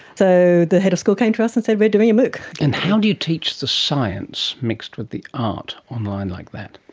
so the head of school came to us and said, we're doing a mooc. and how do you teach the science mixed with the art online like that?